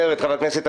מסובכת.